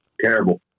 Terrible